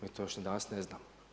Mi to još ni danas ne znamo.